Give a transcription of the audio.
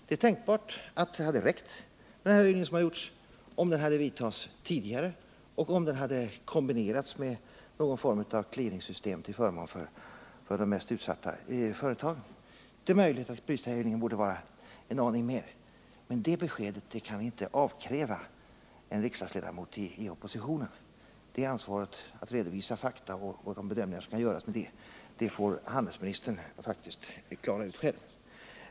Det är tänkbart att det hade räckt med den gjorda höjningen om den bara hade företagits tidigare och om den hade kombinerats med någon form av clearingsystem till förmån för de mest utsatta företagen. Det är också möjligt att den här prishöjningen borde ha varit en aning större, men det beskedet kan vi inte avkräva en riksdagsledamot i opposition. Ansvaret att redovisa de fakta och bedömningar som kan göras i sammanhanget får handelsministern faktiskt själv ta.